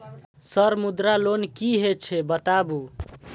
Sir Mudra loan की हे छे बताबू?